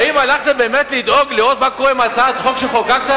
האם הלכתם באמת לדאוג ולראות מה קורה עם הצעת החוק שחוקקת?